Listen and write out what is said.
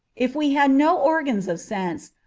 if we had no organs of sense,